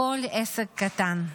כל עסק קטן.